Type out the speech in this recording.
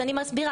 אני מסבירה.